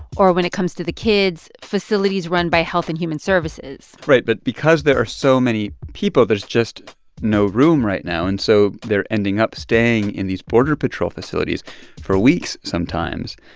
or when it comes to the kids, facilities run by health and human services right. but because there are so many people, there's just no room right now. and so they're ending up staying in these border patrol facilities for weeks sometimes.